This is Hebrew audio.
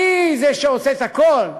אני זה שעושה את הכול,